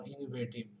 innovative